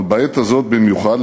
אבל בעת הזאת במיוחד,